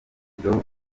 kicukiro